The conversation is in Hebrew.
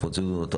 הפרוצדורות,